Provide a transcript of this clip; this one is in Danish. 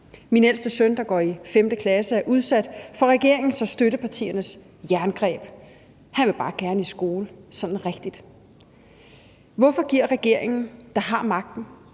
Min ældste søn, der går i 5. klasse, er udsat for regeringens og støttepartiernes jerngreb. Han vil bare gerne i skole sådan rigtigt. Hvorfor giver regeringen, der har magten,